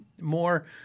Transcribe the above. more